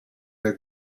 der